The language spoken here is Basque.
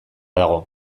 dago